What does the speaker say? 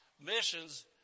Missions